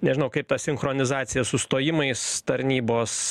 nežinau kaip ta sinchronizacija su stojimais tarnybos